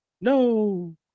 No